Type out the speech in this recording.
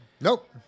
Nope